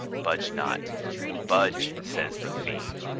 budge not budge, says the fiend.